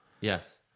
Yes